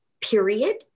period